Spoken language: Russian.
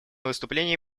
выступление